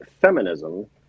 feminism